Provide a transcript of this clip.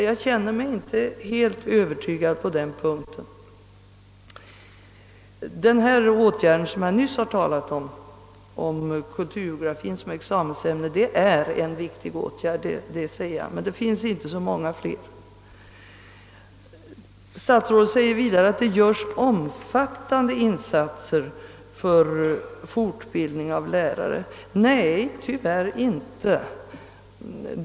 Jag känner mig inte helt övertygad på den punkten. Att kulturgeografien gjorts till examensämne är som sagt en viktig åtgärd, men sedan finns det inte så många flera. Statsrådet säger vidare att det görs stora insatser för fortbildning av lärare. Nej, tyvärr inte.